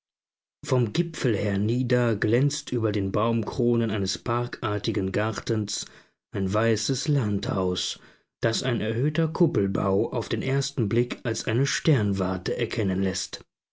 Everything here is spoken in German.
vom gipfel hernieder glänzt über den baumkronen eines parkartigen gartens ein weißes landhaus das ein erhöhter kuppelbau auf den ersten blick als eine sternwarte erkennen läßt